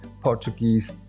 Portuguese